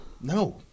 No